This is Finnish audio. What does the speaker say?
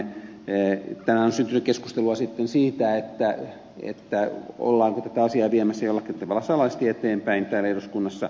tänään on syntynyt keskustelua sitten siitä ollaanko tätä asiaa viemässä jollakin tavalla salaisesti eteenpäin täällä eduskunnassa